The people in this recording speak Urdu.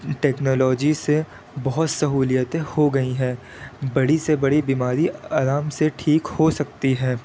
ٹیکنالوجی سے بہت سہولتیں ہو گئی ہیں بڑی سے بڑی بیماری آرام سے ٹھیک ہو سکتی ہے